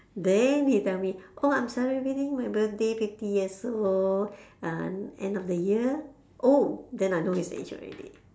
then he tell me oh I am celebrating my birthday fifty years old uh end of the year oh then I know his age already